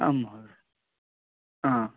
आं महोदय आं